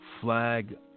flag